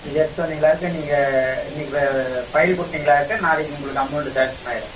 இதை எடுத்துகிட்டு வந்தீங்கனாக்கா நீங்கள் இன்றைக்கு ஃபைல் கொடுத்தீங்கனாக்கா நாளைக்கு உங்களுக்கு அமௌண்ட்டு சேங்க்ஷன் ஆயிடும்